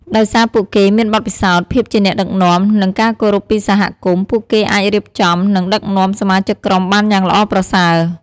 ដោយសារពួកគេមានបទពិសោធន៍ ភាពជាអ្នកដឹកនាំ និងការគោរពពីសហគមន៍ ពួកគេអាចរៀបចំ និងដឹកនាំសមាជិកក្រុមបានយ៉ាងល្អប្រសើរ។